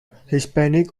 hispanic